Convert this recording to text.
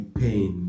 pain